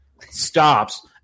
stops